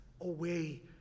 away